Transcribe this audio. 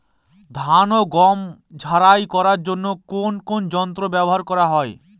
ধান ও গম ঝারাই করার জন্য কোন কোন যন্ত্র ব্যাবহার করা হয়?